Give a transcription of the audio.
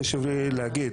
חשוב לי להגיד,